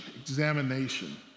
examination